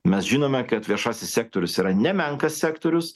mes žinome kad viešasis sektorius yra nemenkas sektorius